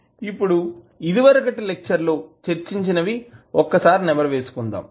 ఇప్పుడు ఇదివరకటి లెక్చర్ లో చర్చించినవి ఒక్క సారి నెమరువేసుకుందాం